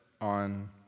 on